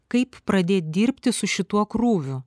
kaip pradėt dirbti su šituo krūvio